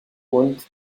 und